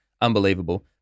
Unbelievable